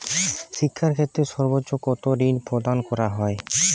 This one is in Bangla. শিক্ষা ঋণে সর্বোচ্চ কতো ঋণ প্রদান করা হয়?